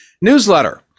newsletter